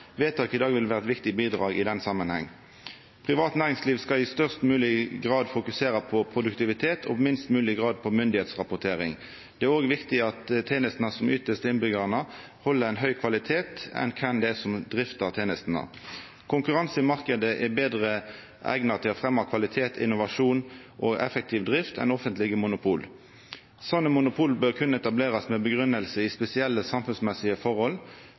Vedtaket i dag vil vera eit viktig bidrag i den samanhengen. Privat næringsliv skal i størst mogleg grad fokusera på produktivitet og i minst mogleg grad på myndigheitsrapportering. Det er viktig at dei tenestene ein yter til innbyggjarane, held ein høg kvalitet, same kven det er som driftar tenestene. Konkurranse i marknaden er betre eigna til å fremja kvalitet, innovasjon og effektiv drift enn offentlege monopol. Slike monopol bør kunna etablerast med grunngjeving i spesielle samfunnsmessige forhold.